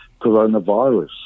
coronavirus